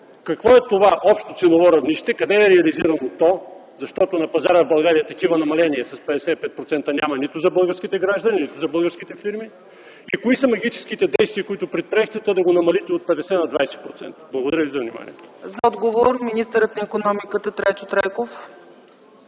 какво е това общо ценово равнище, къде е реализирано то? Защото на пазара в България такива намаления с 55% няма нито за българските граждани, нито за българските фирми. Кои са магическите действия, които предприехте, та да го намалите от 50 на 20%? Благодаря. ПРЕДСЕДАТЕЛ ЦЕЦКА ЦАЧЕВА: За отговор има думата министър Трайчо Трайков.